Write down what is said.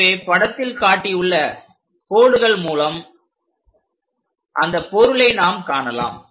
எனவே படத்தில் காட்டியுள்ள கோடுகள் மூலம் அந்த பொருளை நாம் காணலாம்